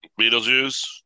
Beetlejuice